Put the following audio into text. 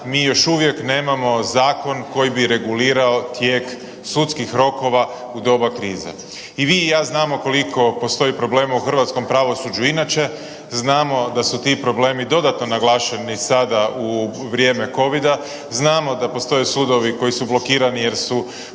mi još uvijek nemamo zakon koji bi regulirao tijek sudskih rokova u doba krize. I vi i ja znamo koliko postoji problema u hrvatskom pravosuđu inače, znamo da su ti problemi dodatno naglašeni sada u vrijeme kovida, znamo da postoje sudovi koji su blokirani jer su